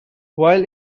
while